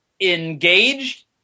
engaged